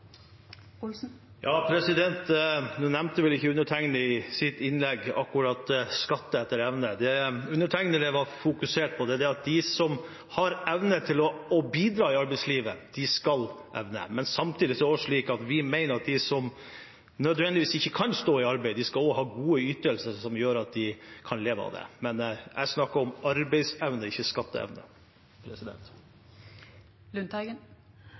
Nå nevnte vel ikke undertegnede i sitt innlegg akkurat skatt etter evne. Det undertegnede var fokusert på, var at de som har evne til å bidra i arbeidslivet, skal gjøre det, men samtidig mener vi at de som ikke nødvendigvis kan stå i arbeid, skal ha gode ytelser, som gjør at de kan leve av dem. Men jeg snakket om arbeidsevne, ikke skatteevne.